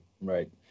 right